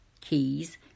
keys